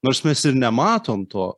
nors mes ir nematom to